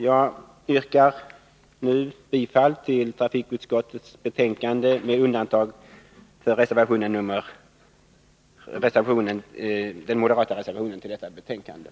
Jag yrkar nu bifall till trafikutskottets hemställan utom beträffande mom. 2, där jag yrkar bifall till den moderata reservationen.